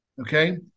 Okay